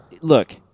Look